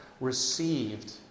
received